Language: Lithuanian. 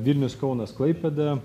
vilnius kaunas klaipėda